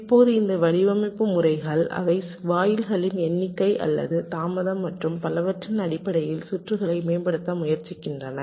இப்போது இந்த வடிவமைப்பு முறைகள் அவை வாயில்களின் எண்ணிக்கை அல்லது தாமதம் மற்றும் பலவற்றின் அடிப்படையில் சுற்றுகளை மேம்படுத்த முயற்சிக்கின்றன